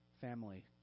family